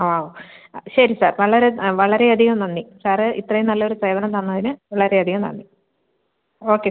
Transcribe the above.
ആ ശരി സാർ വളരെ വളരെ അധികം നന്ദി സാറ് ഇത്രയും നല്ല ഒരു സേവനം തന്നതിന് വളരെ അധികം നന്ദി ഓക്കെ